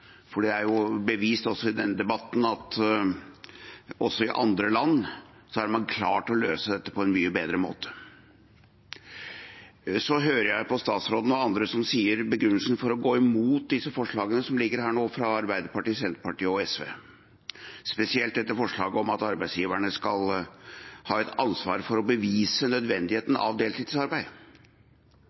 bevist, også i denne debatten, at man i andre land har klart å løse dette på en mye bedre måte. Jeg hører begrunnelsen fra statsråden og andre for å gå imot disse forslagene som her foreligger fra Arbeiderpartiet, Senterpartiet og SV, spesielt forslaget om at arbeidsgiverne skal ha et ansvar for å bevise nødvendigheten av deltidsarbeid.